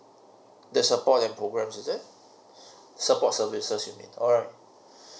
the support and programs is it support services you mean alright